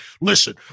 listen